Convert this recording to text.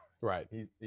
Right